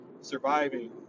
surviving